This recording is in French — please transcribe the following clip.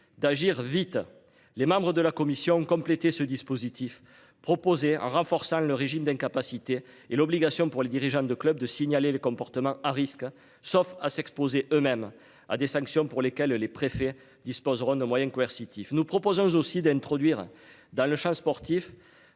d'agir vite. Les membres de la commission compléter ce dispositif proposé en renforçant le régime d'incapacité et l'obligation pour les dirigeants de clubs de signaler les comportements à risque, sauf à s'exposer eux-mêmes à des sanctions pour lesquels les préfets disposeront de moyens coercitifs nous propose aussi d'introduire dans le Champ sportif.